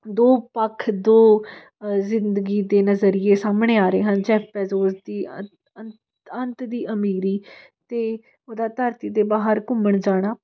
ਦੋ ਪੱਖ ਦੋ ਜ਼ਿੰਦਗੀ ਦੇ ਨਜ਼ਰੀਏ ਸਾਹਮਣੇ ਆ ਰਹੇ ਹਨ ਜੈਫ ਬੇਜੋਸ ਦੀ ਅੰਤ ਅੰਤ ਅੰਤ ਦੀ ਅਮੀਰੀ ਅਤੇ ਉਸ ਦਾ ਧਰਤੀ ਦੇ ਬਾਹਰ ਘੁੰਮਣ ਜਾਣਾ